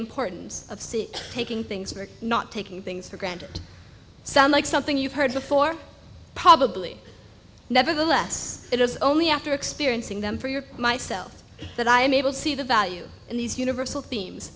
importance of see making things work not taking things for granted sound like something you've heard before probably never the less it was only after experiencing them for your myself that i am able to see the value in these universal themes